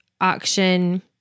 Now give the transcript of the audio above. auction